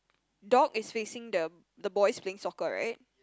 dog is facing the the boys playing soccer right